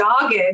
dogged